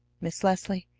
miss leslie,